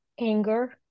anger